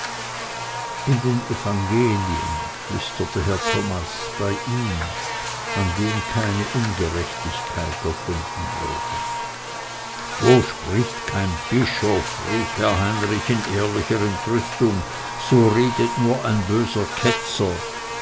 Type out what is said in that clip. in den evangelien flüsterte herr thomas bei ihm an dem keine ungerechtigkeit erfunden wurde so spricht kein bischof rief herr heinrich in ehrlicher entrüstung so redet nur ein böser ketzer